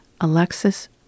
Alexis